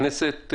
הכנסת,